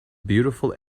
beautiful